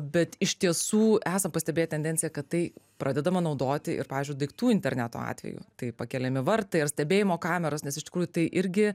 bet iš tiesų esam pastebėję tendenciją kad tai pradedama naudoti ir pavyzdžiui daiktų interneto atveju tai pakeliami vartai ar stebėjimo kameros nes iš tikrųjų tai irgi